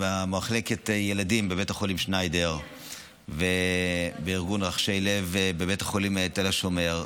במחלקת ילדים בבית החולים שניידר ובארגון רחשי לב בבית חולים תל השומר,